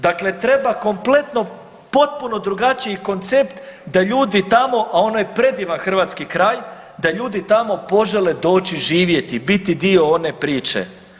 Dakle, treba kompletno potpuno drugačiji koncept da ljudi tamo, a ono je predivan hrvatski kraj, da ljudi tamo požele doći živjeti i biti dio one priče.